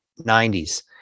90s